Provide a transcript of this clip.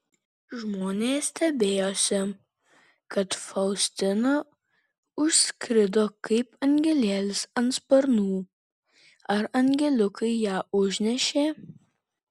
žmonės stebėjosi kad faustina užskrido kaip angelėlis ant sparnų ar angeliukai ją užnešė